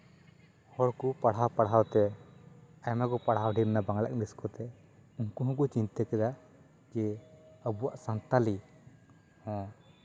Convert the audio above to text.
ᱦᱚᱲᱠᱚ ᱯᱟᱲᱦᱟᱣ ᱯᱟᱲᱦᱟᱣᱛᱮ ᱟᱭᱢᱟ ᱠᱚ ᱯᱟᱲᱦᱟᱣ ᱰᱷᱮᱨᱱᱟ ᱵᱟᱝᱞᱟ ᱤᱝᱞᱤᱥ ᱠᱚᱛᱮ ᱩᱱᱠᱩ ᱦᱚᱸᱠᱚ ᱪᱤᱱᱛᱟᱹ ᱠᱮᱫᱟ ᱡᱮ ᱟᱵᱚᱣᱟᱜ ᱥᱟᱱᱛᱟᱞᱤ ᱦᱚᱸ